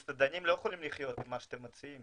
מסעדנים לא יכולים לחיות עם מה שאתם מציעים.